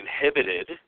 inhibited